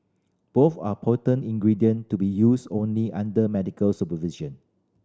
both are potent ingredient to be used only under medical supervision